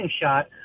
shot